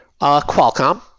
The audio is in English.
qualcomm